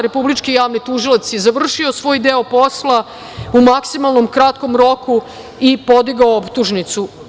Republički javni tužilac je završio svoj deo posla, u maksimalnom kratkom roku i podigao optužnicu.